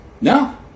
no